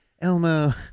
Elmo